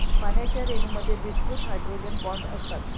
पाण्याच्या रेणूंमध्ये विस्तृत हायड्रोजन बॉण्ड असतात